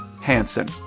Hansen